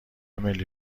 ملی